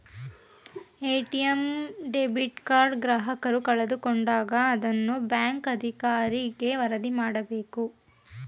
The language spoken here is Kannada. ಎ.ಟಿ.ಎಂ ಡೆಬಿಟ್ ಕಾರ್ಡ್ ಗ್ರಾಹಕರು ಕಳೆದುಕೊಂಡಾಗ ಅದನ್ನ ಬ್ಯಾಂಕ್ ಅಧಿಕಾರಿಗೆ ವರದಿ ಮಾಡಬೇಕು